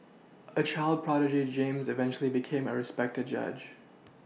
a child prodigy James eventually became a respected judge